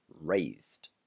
raised